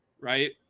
right